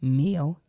meal